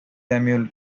samuel